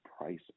price